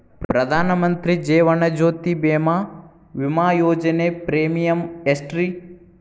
ಪ್ರಧಾನ ಮಂತ್ರಿ ಜೇವನ ಜ್ಯೋತಿ ಭೇಮಾ, ವಿಮಾ ಯೋಜನೆ ಪ್ರೇಮಿಯಂ ಎಷ್ಟ್ರಿ?